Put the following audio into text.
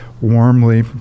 warmly